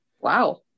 Wow